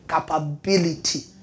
capability